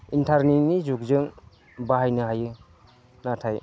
इन्टारनेटनि जुगजों बाहायनो हायो नाथाय